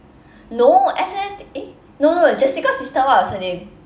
no S_N_S_D eh no no jessica's sister what was her name